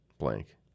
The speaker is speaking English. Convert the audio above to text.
Blank